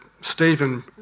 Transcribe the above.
Stephen